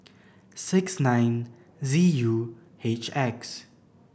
six nine Z U H X